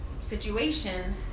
situation